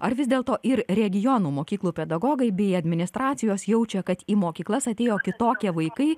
ar vis dėl to ir regionų mokyklų pedagogai bei administracijos jaučia kad į mokyklas atėjo kitokie vaikai